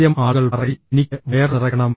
ആദ്യം ആളുകൾ പറയും എനിക്ക് വയറു നിറയ്ക്കണം